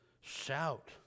shout